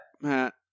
Matt